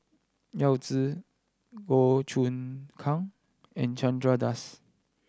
Yao Zi Goh Choon Kang and Chandra Das